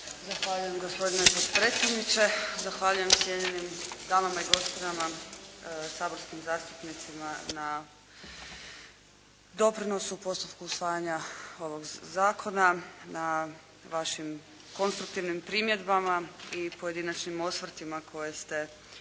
Zahvaljujem, gospodine potpredsjedniče. Zahvaljujem cijenjenim damama i gospodi saborskim zastupnicima na doprinosu u postupku usvajanja ovog zakona, na vašim konstruktivnim primjedbama i pojedinačnim osvrtima koje ste imali